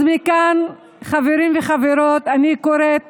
חברים וחברות, מכאן אני קוראת